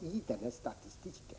i statistiken.